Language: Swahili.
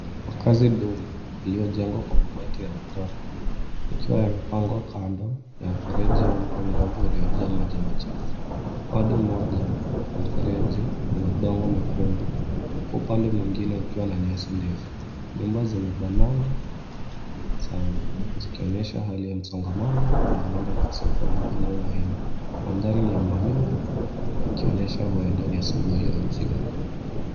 Makazi duni iliyojengwa kwa mabati na matope, yakiwa yamepangwa kando na mfereji au mto mdogo uliojaa maji machafu. Upande mmoja mfereji una udongo mwekundu, kwa upande mwingine ukiwa na nyasi ndefu. Nyumba zimebanana sana, zikionyesha hali ya msongamano na huenda ukosefu wa huduma muhimu. Mandhari ni ya mawingu, ikionyesha huenda ni asubuhi au jioni.